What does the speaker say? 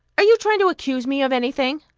are you trying to accuse me of anything?